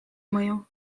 mõju